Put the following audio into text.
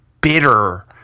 bitter